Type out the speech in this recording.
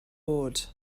oed